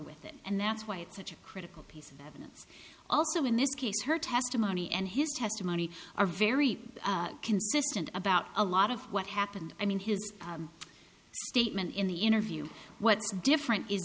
with it and that's why it's such a critical piece of evidence also in this case her testimony and his testimony are very consistent about a lot of what happened i mean his statement in the interview what's different is